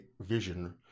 vision